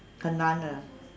很难 ah